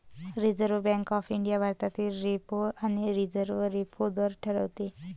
reserve bank of India भारतातील repo आणि reverse repo दर ठरवते